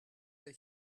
the